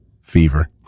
fever